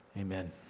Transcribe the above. Amen